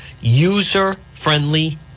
user-friendly